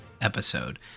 episode